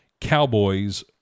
cowboys